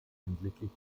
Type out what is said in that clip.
hinsichtlich